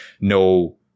no